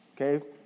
Okay